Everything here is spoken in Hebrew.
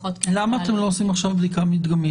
למה אתם לא עושים עכשיו בדיקה מדגמית?